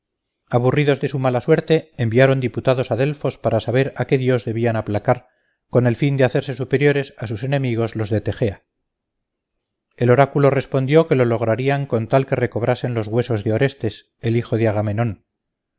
aburridos de su mala suerte enviaron diputados a delfos para saber a qué dios debían aplacar con el fin de hacerse superiores a sus enemigos los de tegea el oráculo respondió que lo lograrían con tal que recobrasen los huesos de orestes el hijo de agamemnon